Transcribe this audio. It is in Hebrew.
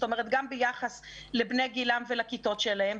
גם ביחס לבני גילם ולכיתות שלהם,